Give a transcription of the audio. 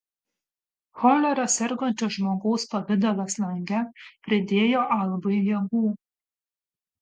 cholera sergančio žmogaus pavidalas lange pridėjo albui jėgų